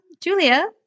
Julia